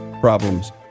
problems